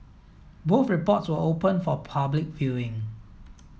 both reports were open for public viewing